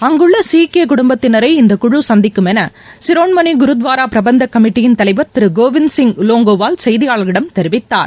அங்குள்ள சீக்கிய குடும்பத்தினரை இந்தக்குழு சந்திக்கும் என சிரோமணி குருத்வாரா பிரபந்தக் கமிட்டியின் தலைவர் திரு கோவிந்த் சிங் லோங்கோவால் செய்தியாளர்களிடம் தெரிவித்தார்